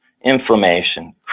Inflammation